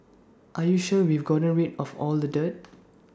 are you sure we've gotten rid of all the dirt